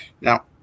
now